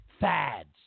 fads